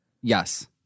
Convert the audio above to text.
Yes